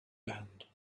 band